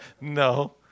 no